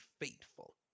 faithful